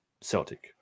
Celtic